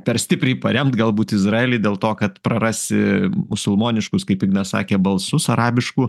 per stipriai paremt galbūt izraelį dėl to kad prarasi musulmoniškus kaip ignas sakė balsus arabiškų